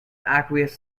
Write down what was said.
aqueous